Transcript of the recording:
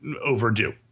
overdue